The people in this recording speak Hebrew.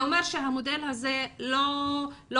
אני